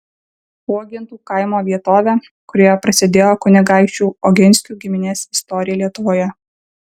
uogintų kaimo vietovę kurioje prasidėjo kunigaikščių oginskių giminės istorija lietuvoje